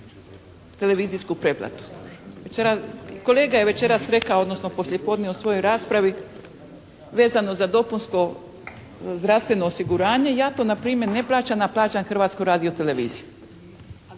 televizijsku pretplatu. Kolega je večeras rekao odnosno poslije podne u svojoj raspravi vezano za dopunsko zdravstveno osiguranje, ja to na primjer ne plaćam a plaćam Hrvatsku radio-televiziju,